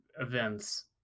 events